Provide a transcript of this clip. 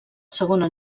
segona